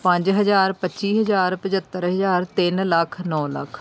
ਪੰਜ ਹਜ਼ਾਰ ਪੱਚੀ ਹਜ਼ਾਰ ਪੰਝੱਤਰ ਹਜ਼ਾਰ ਤਿੰਨ ਲੱਖ ਨੌ ਲੱਖ